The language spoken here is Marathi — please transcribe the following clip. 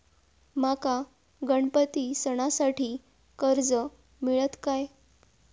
माका गणपती सणासाठी कर्ज मिळत काय?